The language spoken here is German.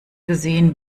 gesehen